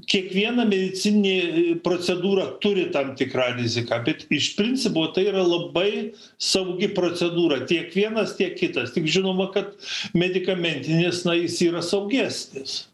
kiekviena medicininė procedūra turi tam tikrą riziką bet iš principo tai yra labai saugi procedūra tiek vienas tiek kitas tik žinoma kad medikamentinis na jis yra saugesnis